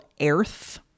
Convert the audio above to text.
Earth